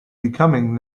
becoming